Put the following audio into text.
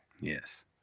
Yes